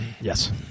Yes